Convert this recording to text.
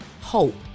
hope